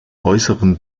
äußeren